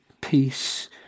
peace